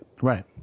Right